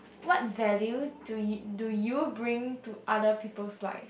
what value do you do you bring to other people's life